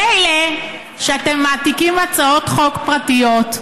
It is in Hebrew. מילא שאתם מעתיקים הצעות חוק פרטיות,